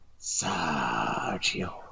Sergio